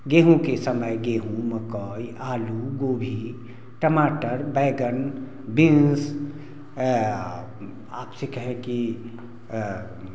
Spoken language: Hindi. गेहूँ के समय गेहूँ मकई आलू गोभी टमाटर बैंगन बीन्स आपसे कहें की